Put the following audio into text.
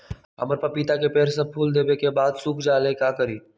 हमरा पतिता के पेड़ सब फुल देबे के बाद सुख जाले का करी?